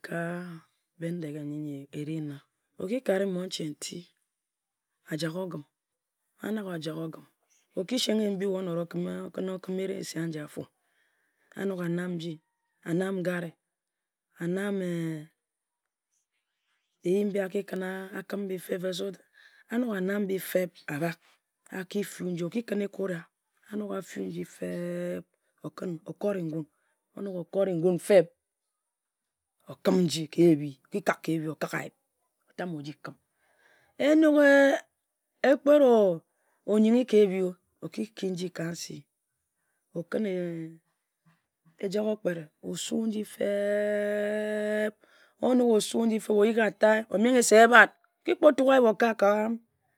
Ndan-ga-mba ejum Bindeghe nyi-nyi eri na, o ki ka re monche nti ajak ogim, Anok ajak ogim, oki seng eyim mbi o nora okǝn okim eresi anji a-fo, a-nam nji, a-nam ngara, a-nam ee a-nam eyim mbi a ki kǝn akim mbi fe-feb a-nok a-nam abak, oki kǝn eko-ria ofew nji feb-eeb, o-kǝn okore ngun. Onok o-kore ngun feb, okim nji ka ehbhi, oki kak ka ehbhi okak ayip o-tam o-ji kim ee nok okpet o-yinghi ka ehbhi, o-ki nji ka nse. O kǝn ejak-o-kpere osu nji feb eb. Onok osu nji feb, oyighi atai o-menghe sa ehbat, okpo tuk ayip okak ka.